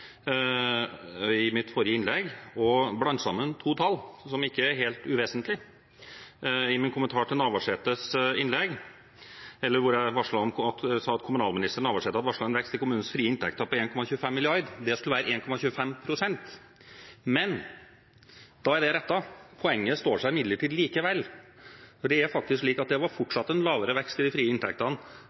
I mitt forrige innlegg kom jeg i skade for å blande sammen to tall, som ikke er helt uvesentlig, i min kommentar til Navarsetes innlegg, der jeg sa at tidligere kommunalminister Navarsete hadde varslet en vekst i kommunenes frie inntekter på 1,25 mrd. kr. Det skulle være 1,25 pst. Da er det rettet. Poenget står seg imidlertid likevel, for det er faktisk slik at det var fortsatt en lavere vekst i de frie inntektene